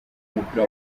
w’umupira